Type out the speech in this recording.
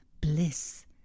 Bliss